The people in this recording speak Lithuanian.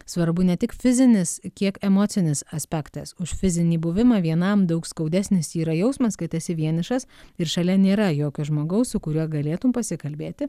svarbu ne tik fizinis kiek emocinis aspektas už fizinį buvimą vienam daug skaudesnis yra jausmas kai tu esi vienišas ir šalia nėra jokio žmogaus su kuriuo galėtum pasikalbėti